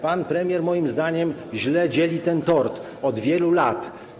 Pan premier moim zdaniem źle dzieli ten tort od wielu lat.